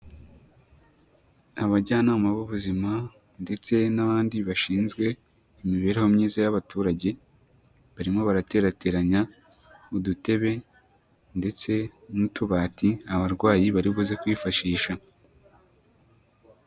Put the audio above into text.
Abajyanama b'ubuzima ndetse n'abandi bashinzwe imibereho myiza y'abaturage barimo baraterateranya udutebe ndetse n'utubati abarwayi baribuze kwifashisha.